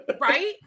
right